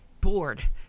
bored